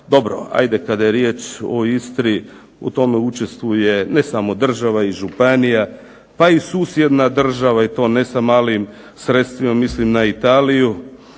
dobro ajde kada je riječ o Istri u tome učestvuje ne samo država i županija, pa i susjedna država i to ne sa malim sredstvima, mislim na Italiju,